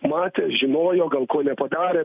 matė žinojo gal ko nepadarė